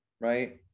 right